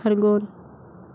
Khargone